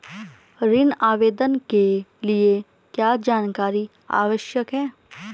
ऋण आवेदन के लिए क्या जानकारी आवश्यक है?